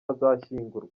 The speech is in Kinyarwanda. azashyingurwa